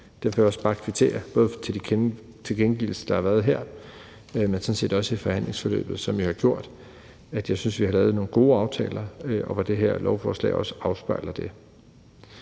Derfor vil jeg også bare kvittere for de tilkendegivelser, der både har været her, men sådan set også under forhandlingsforløbet. De har gjort, at jeg synes, vi har lavet nogle gode aftaler, og det her lovforslag afspejler også